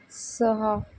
सहा